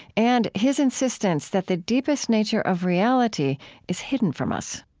and his insistence that the deepest nature of reality is hidden from us